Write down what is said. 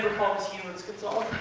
humans can solve.